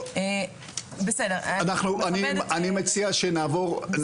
אני מציע שנעבור,